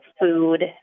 food